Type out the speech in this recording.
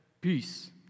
peace